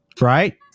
Right